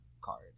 card